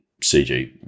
CG